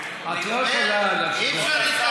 את לא יכולה להמשיך,